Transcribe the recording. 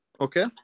Okay